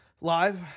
live